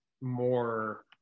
more